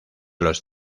los